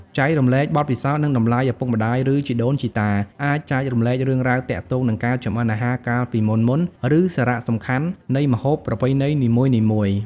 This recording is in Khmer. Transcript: ចែករំលែកបទពិសោធន៍ និងតម្លៃ ឪពុកម្ដាយ ឬជីដូនជីតា អាចចែករំលែករឿងរ៉ាវទាក់ទងនឹងការចម្អិនអាហារកាលពីមុនៗ ឬសារៈសំខាន់នៃម្ហូបប្រពៃណីនីមួយៗ ។